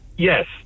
Yes